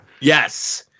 Yes